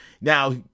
now